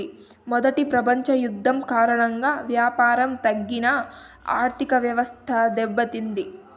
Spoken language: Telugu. మొదటి ప్రపంచ యుద్ధం కారణంగా వ్యాపారం తగిన ఆర్థికవ్యవస్థ దెబ్బతింది